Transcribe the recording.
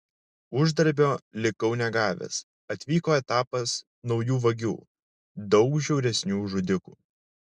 uždarbio likau negavęs atvyko etapas naujų vagių daug žiauresnių žudikų